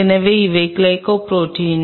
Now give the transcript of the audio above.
எனவே இவை glycol protein